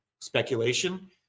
speculation